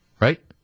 right